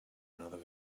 another